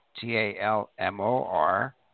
T-A-L-M-O-R